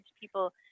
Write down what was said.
people